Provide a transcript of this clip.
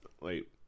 Wait